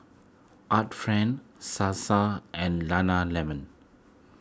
Art Friend Sasa and Nana Lemon